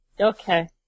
Okay